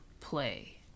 play